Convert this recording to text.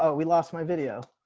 ah we lost my video.